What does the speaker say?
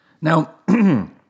Now